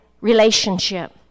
relationship